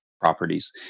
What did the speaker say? properties